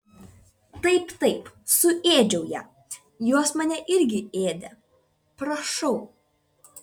taip taip suėdžiau ją jos mane irgi ėdė prašau